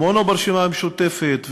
כמונו ברשימה המשותפת,